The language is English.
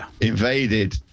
invaded